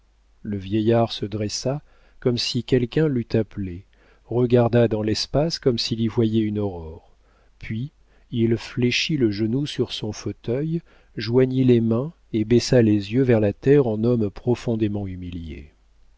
le vieillard se dressa comme si quelqu'un l'eût appelé regarda dans l'espace comme s'il y voyait une aurore puis il fléchit le genou sur son fauteuil joignit les mains et baissa les yeux vers la terre en homme profondément humilié